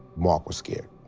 mark was scared.